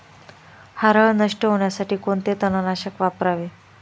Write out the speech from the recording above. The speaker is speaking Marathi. हरळ नष्ट होण्यासाठी कोणते तणनाशक वापरावे?